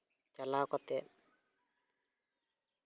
ᱪᱟᱞᱟᱣ ᱠᱟᱛᱮᱫ